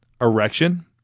erection